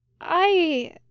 I—